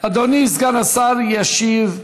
אדוני סגן השר ישיב.